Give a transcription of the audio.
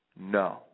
No